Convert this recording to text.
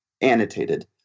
annotated